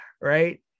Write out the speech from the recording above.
right